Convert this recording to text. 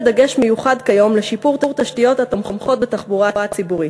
דגש מיוחד כיום בשיפור תשתיות התומכות בתחבורה הציבורית,